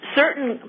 certain